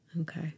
Okay